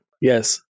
Yes